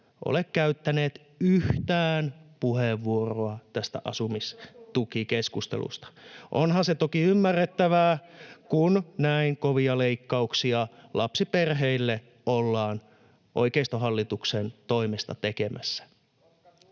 ole käyttäneet yhtään puheenvuoroa tästä asumistukikeskustelusta. [Krista Kiuru: On kyllä surullista!] Onhan se toki ymmärrettävää, kun näin kovia leikkauksia lapsiperheille ollaan oikeistohallituksen toimesta tekemässä.